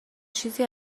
چیزی